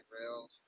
Rails